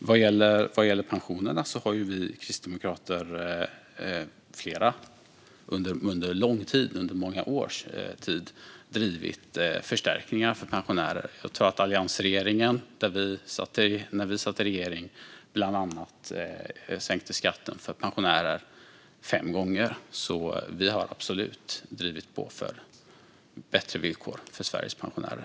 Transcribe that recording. Vad gäller pensionerna har vi kristdemokrater under många år drivit förstärkningar för pensionärer. Jag tror att alliansregeringen, där vi satt med, sänkte skatten för pensionärer fem gånger. Så vi har absolut drivit på för bättre villkor för Sveriges pensionärer.